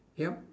yup